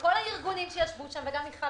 כל הארגונים שישבו שם, וגם מיכל